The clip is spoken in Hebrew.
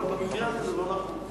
אבל במקרה הזה זה לא נחוץ.